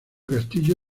castillo